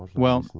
well,